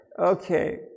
Okay